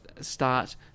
start